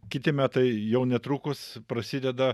kiti metai jau netrukus prasideda